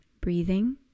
Breathing